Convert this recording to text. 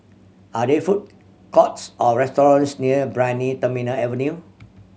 are there food courts or restaurants near Brani Terminal Avenue